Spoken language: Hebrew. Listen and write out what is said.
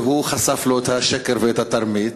והוא חשף לו את השקר ואת התרמית.